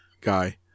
guy